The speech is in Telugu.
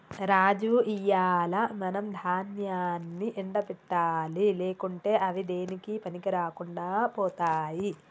రాజు ఇయ్యాల మనం దాన్యాన్ని ఎండ పెట్టాలి లేకుంటే అవి దేనికీ పనికిరాకుండా పోతాయి